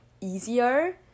easier